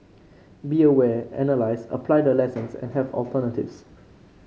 be aware analyse apply the lessons and have alternatives